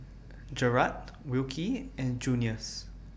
Jerrad Wilkie and Junious